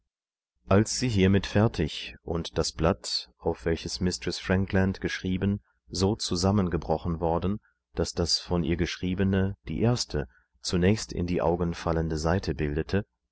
als sie hiermit fertig und das blatt auf welches mistreß frankland geschrieben so zusammengebrochen worden daß das von ihr geschriebene die erste zunächst in die augen fallende seite bildete